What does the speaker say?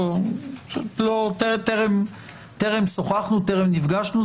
טרם שוחחנו, טרם נפגשנו.